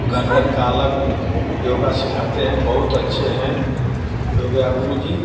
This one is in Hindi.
गर्दन का अलग योगा सिखाते हैं बहुत अच्छे हैं योग गुरु जी